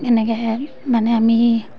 এনেকৈ মানে আমি